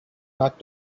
not